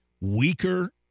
weaker